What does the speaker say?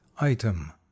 item